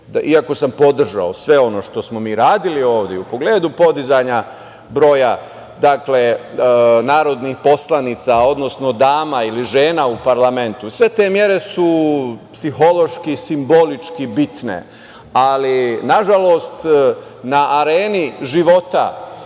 iako sam podržao sve ono što smo mi radili ovde u pogledu podizanja broja narodnih poslanica, odnosno dama ili žena u parlamentu, i sve te mere su psihološki i simbolički bitne. Nažalost, na areni života